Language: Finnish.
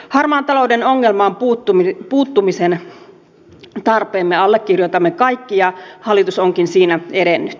harmaan talouden ongelmaan puuttumisen tarpeen me allekirjoitamme kaikki ja hallitus onkin siinä edennyt